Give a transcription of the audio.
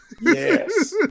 Yes